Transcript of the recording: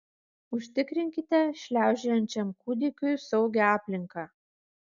užtikrinkite šliaužiojančiam kūdikiui saugią aplinką